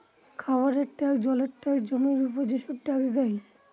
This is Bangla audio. খাবারের ট্যাক্স, জলের ট্যাক্স, জমির উপর যেসব ট্যাক্স দেয়